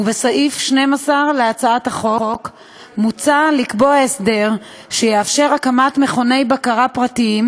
ובסעיף 12 להצעת החוק מוצע לקבוע הסדר שיאפשר הקמת מכוני בקרה פרטיים,